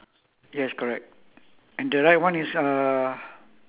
there's another wheelbarrow down there right is there any wheelbarrow ya